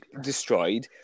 destroyed